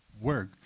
work